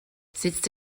sitzt